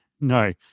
no